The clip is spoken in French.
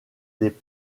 des